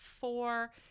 four